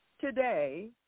Today